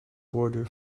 border